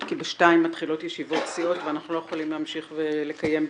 כי ב-14:00 מתחילות ישיבות סיעות ואנחנו לא יכולים להמשיך לקיים דיונים.